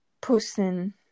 person